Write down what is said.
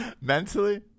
mentally